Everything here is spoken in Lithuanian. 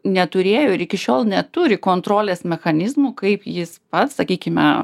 neturėjo ir iki šiol neturi kontrolės mechanizmų kaip jis pats sakykime